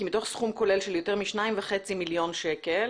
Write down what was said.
מתוך סכום כולל של יותר מ-2.5 מיליון שקל,